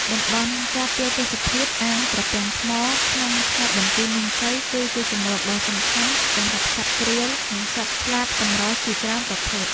តំបន់ការពារទេសភាពអាងត្រពាំងថ្ម ក្នុងខេត្តបន្ទាយមានជ័យ គឺជាជម្រកដ៏សំខាន់សម្រាប់សត្វក្រៀល និងសត្វស្លាបកម្រជាច្រើនប្រភេទ។